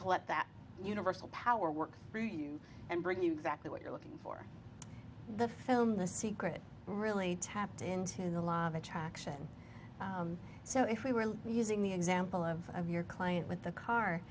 to let that universal power work for you and bring you exactly what you're looking for the film the secret really tapped into the law of attraction so if we were using the example of of your client with the car